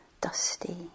dusty